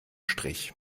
strich